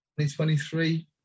2023